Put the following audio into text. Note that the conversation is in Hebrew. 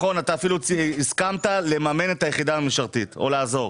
אתה אפילו הסכמת לממן את היחידה המשטרתית או לעזור.